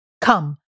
Come